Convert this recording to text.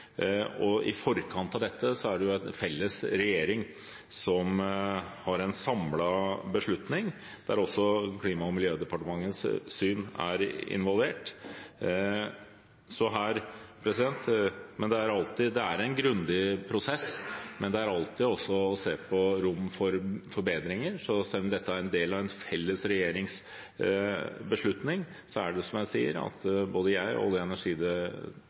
i forkant av dette er det en felles regjering som har en samlet beslutning, der også Klima- og miljødepartementets syn er involvert. Så det er en grundig prosess, men det er alltid rom for forbedringer. Selv om dette er en del av en felles regjeringsbeslutning, er det som jeg sier, at jeg og olje- og